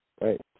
Right